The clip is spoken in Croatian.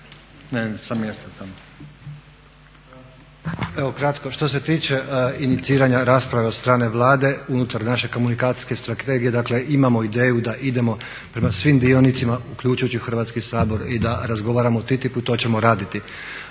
**Klisović, Joško** Evo ukratko. Što se tiče iniciranja rasprave od strane Vlade unutar naše komunikacijske strategije, dakle imamo ideju da idemo prema svim dionicima uključujući i Hrvatski sabor i da razgovaramo o TTIP-u i to ćemo raditi,